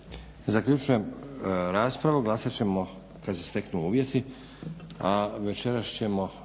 Zaključujem raspravu. Glasat ćemo kada se steknu uvjeti. A večeras ćemo